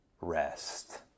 rest